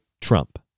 Trump